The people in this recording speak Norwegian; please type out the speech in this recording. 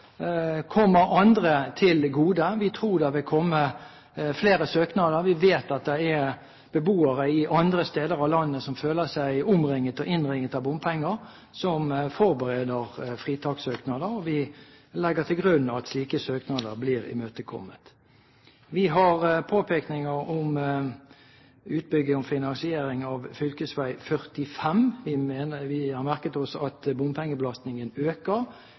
komme flere søknader. Vi vet at det er beboere andre steder i landet som føler seg omringet og innringet av bompenger, som forbereder fritakssøknader, og vi legger til grunn at slike søknader blir imøtekommet. Vi har påpekninger når det gjelder utbygging og finansiering av fv. 45. Vi har merket oss at bompengebelastningen øker.